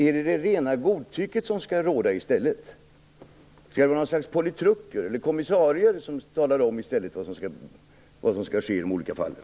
Är det rena godtycket som skall råda i stället? Skall det vara något slags politruker eller kommissarier som talar som vad som skall ske i de olika fallen?